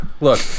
look